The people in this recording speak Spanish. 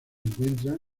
encuentra